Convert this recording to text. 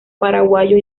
paraguayo